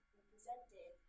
represented